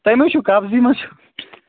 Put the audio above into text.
تۄہہِ ما چھو قَبضی ما چَھ